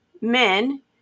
men